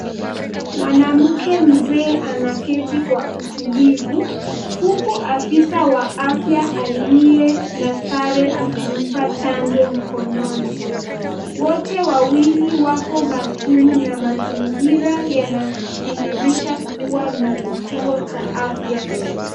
Mwanamke mzee anaketi kwa utulivu huku afisa wa afya aliye na sare akimpa chanjo mkononi. Wote wawili wako makini na mazingira yanadhirihisha kuwa ni kituo cha afya.